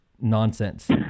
nonsense